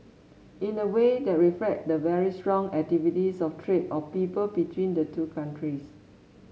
in a way that reflect the very strong activities of trade of people between the two countries